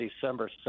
december